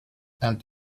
and